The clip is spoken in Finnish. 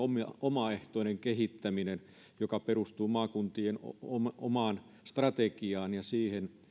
omaehtoinen kehittäminen joka perustuu maakuntien omaan strategiaan ja siihen